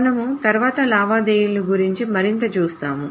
మనము తరువాత లావాదేవీల గురించి మరింత చూస్తాము